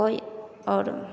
कोइ आओर